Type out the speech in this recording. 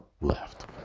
left